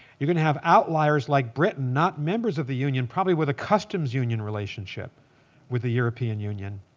you're going to have outliers like britain, not members of the union, probably with a customs union relationship with the european union.